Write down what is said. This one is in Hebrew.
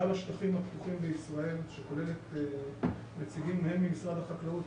השטחים הפתוחים בישראל שכוללת נציגים הן ממשרד החקלאות,